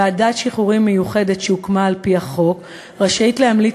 ועדת שחרורים מיוחדת שהוקמה על-פי החוק רשאית להמליץ